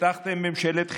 הבטחתם ממשלת חירום,